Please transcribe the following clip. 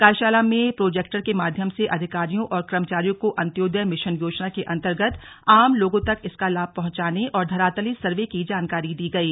कार्यशाला में प्रोजेक्टर के माध्यम से अधिकारियों और कर्मचारियों को अंत्योदय मिशन योजना के अंतंगत आम लोगों तक इसका लाभ पहुंचाने और धरातलीय सर्वे की जानकारी दी गयी